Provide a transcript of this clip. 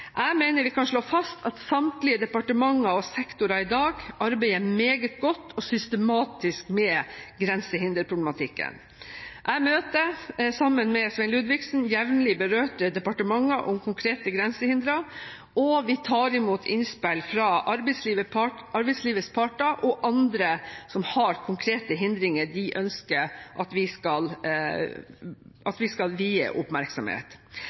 Jeg mener vi kan slå fast at samtlige departementer og sektorer i dag arbeider meget godt og systematisk med grensehinderproblematikken. Jeg møter sammen med Svein Ludvigsen jevnlig berørte departementer om konkrete grensehindre, og vi tar imot innspill fra arbeidslivets parter og andre som har konkrete hindringer de ønsker at vi skal vie oppmerksomhet.